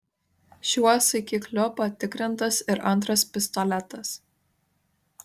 šiuo saikikliu patikrintas ir antras pistoletas